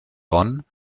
bonn